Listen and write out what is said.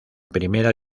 primera